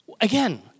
again